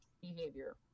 behavior